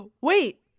Wait